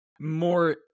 more